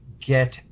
get